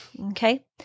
Okay